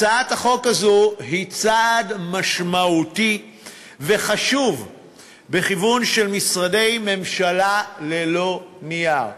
הצעת החוק הזאת היא צעד משמעותי וחשוב בכיוון של משרדי ממשלה ללא נייר,